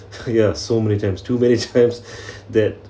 ya so many times too many times that